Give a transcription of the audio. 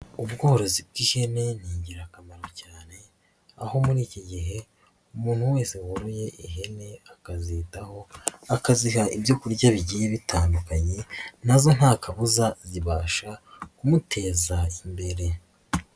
Ubworozi bw'ihene ni ingirakamaro cyane, aho muri iki gihe umuntu wese woroye ihene akazitaho, akaziha ibyo kurya bigiye bitandukanye na zo nta kabuza zibasha kumuteza imbere.